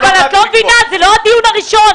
את לא מבינה, זה לא הדיון הראשון.